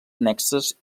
annexes